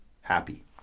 happy